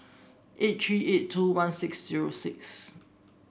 eight three eight two one six zero six